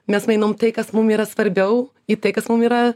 mes mainom tai kas mum yra svarbiau į tai kas mum yra